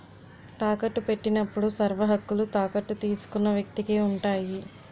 తాకట్టు పెట్టినప్పుడు సర్వహక్కులు తాకట్టు తీసుకున్న వ్యక్తికి ఉంటాయి